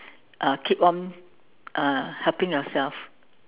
uh keep on uh helping yourself